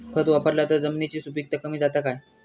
खत वापरला तर जमिनीची सुपीकता कमी जाता काय?